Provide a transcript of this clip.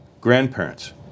grandparents